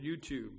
YouTube